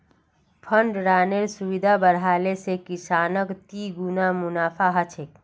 भण्डरानेर सुविधा बढ़ाले से किसानक तिगुना मुनाफा ह छे